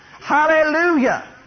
Hallelujah